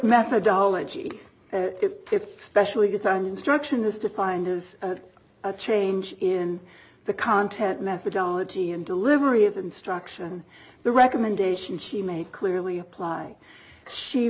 methodology if specially designed instruction is defined as a change in the content methodology and delivery of instruction the recommendation she may clearly apply she